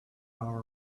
all